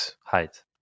height